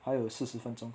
还有四十分钟